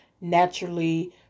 naturally